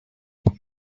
want